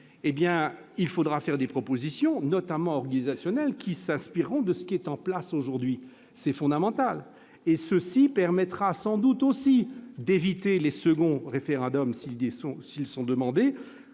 faudra faire des propositions, notamment organisationnelles, s'inspirant de ce qui est en place aujourd'hui- c'est fondamental. Cela permettra sans doute aussi d'éviter les deux autres référendums, s'ils sont demandés